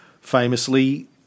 Famously